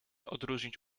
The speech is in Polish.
odróżnić